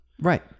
right